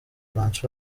françois